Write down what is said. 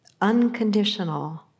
unconditional